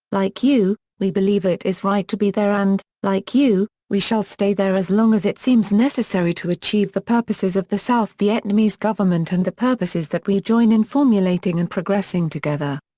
like you, we believe it is right to be there and, like you, we shall stay there as long as it seems necessary to achieve the purposes of the south vietnamese government and the purposes that we join in formulating and progressing together.